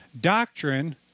doctrine